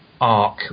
arc